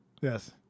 Yes